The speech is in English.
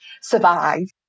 survive